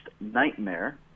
nightmare